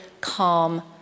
calm